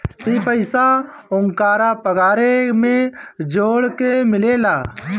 ई पइसा ओन्करा पगारे मे जोड़ के मिलेला